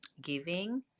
giving